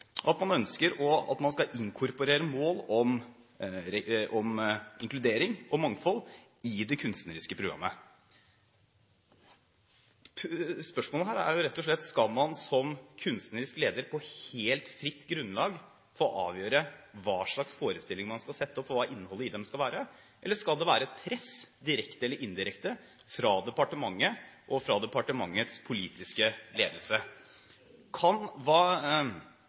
at man ønsker at man skal inkorporere mål om inkludering og mangfold i det kunstneriske programmet. Skal man som kunstnerisk leder på helt fritt grunnlag få avgjøre hva slags forestilling man skal sette opp, og hva innholdet i dem skal være? Eller skal det være et press, direkte eller indirekte, fra departementet og fra departementets politiske ledelse?